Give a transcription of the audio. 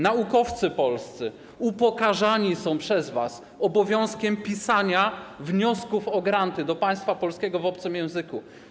Naukowcy polscy upokarzani są przez was obowiązkiem pisania wniosków o granty do państwa polskiego w obcym języku.